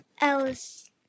Alice